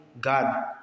God